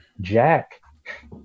jack